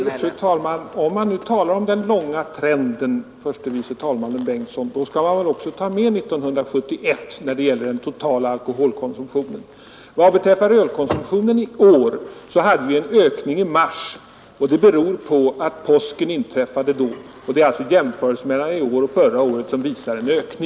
Fru talman! Om man nu talar om den långa trenden, herr förste vice talman Bengtson, skall man väl också ta med 1971 när det gäller den totala alkoholkonsumtionen. Att ölkonsumtionen under första kvartalet i år uppvisade en ökning jämfört med förra året beror på att påskhelgen i år inföll i mars.